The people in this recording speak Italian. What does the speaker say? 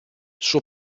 suo